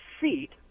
seat